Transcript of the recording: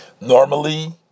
normally